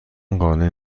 قانع